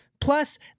Plus